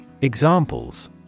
Examples